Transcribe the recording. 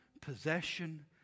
possession